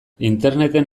interneten